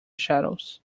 shadows